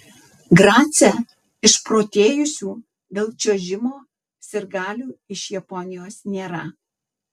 grace išprotėjusių dėl čiuožimo sirgalių iš japonijos nėra